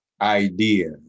idea